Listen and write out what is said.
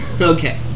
Okay